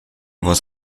was